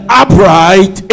upright